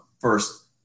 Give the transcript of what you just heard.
first